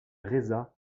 reza